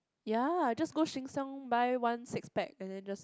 ya just go Sheng-Siong buy one six pack and then just